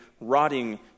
rotting